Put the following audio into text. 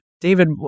David